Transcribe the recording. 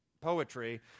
poetry